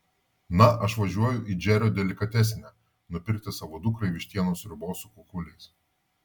na aš važiuoju į džerio delikatesinę nupirkti savo dukrai vištienos sriubos su kukuliais